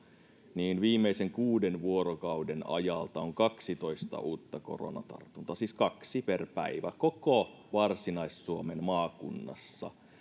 niin viimeisen kuuden vuorokauden ajalta on kaksitoista uutta koronatartuntaa siis kaksi per päivä koko varsinais suomen maakunnassa